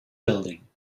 building